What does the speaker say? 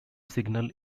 signal